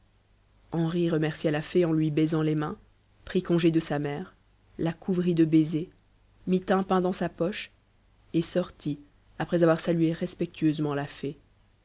henri remercia la fée en lui baisant les mains prit congé de sa mère la couvrit de baisers mit un pain dans sa poche et sortit après avoir salué respectueusement la fée